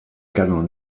kanon